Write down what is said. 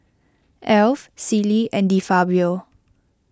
Alf Sealy and De Fabio